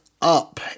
Up